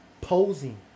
posing